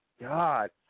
God